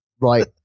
Right